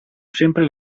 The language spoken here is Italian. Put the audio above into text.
sempre